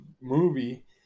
movie